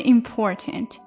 Important